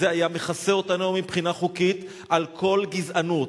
זה היה מכסה אותנו מבחינה חוקית על כל גזענות,